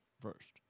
first